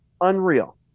unreal